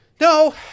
No